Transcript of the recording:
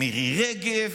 מירי רגב.